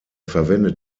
verwendet